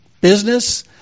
business